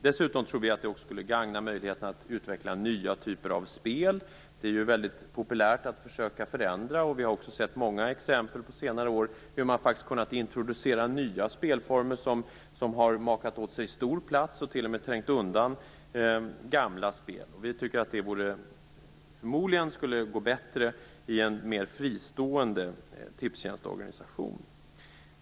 Dessutom tror vi att det skulle gagna möjligheterna att utveckla nya typer av spel. Det är ju väldigt populärt att försöka förändra, och vi har sett många exempel under senare år på hur man faktiskt har kunnat introducera nya spelformer som har kapat åt sig stor plats och t.o.m. trängt undan gamla spel. Det skulle förmodligen gå bättre i en mer fristående tipstjänstorganisation.